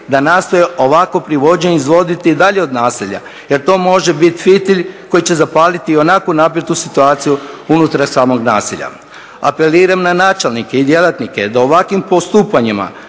da nastoje ovakvo privođenje izvoditi dalje od naselja, jer to može biti fitilj koji će zapaliti ionako napetu situaciju unutar samog naselja. Apeliram na načelnike i djelatnike da ovakvim postupanjima